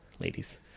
ladies